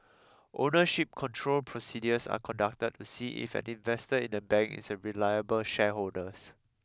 ownership control procedures are conducted to see if an investor in a bank is a reliable shareholders